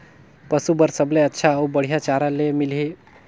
पशु बार सबले अच्छा अउ बढ़िया चारा ले मिलही?